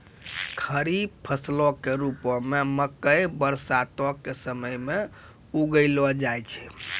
खरीफ फसलो के रुपो मे मकइ बरसातो के समय मे उगैलो जाय छै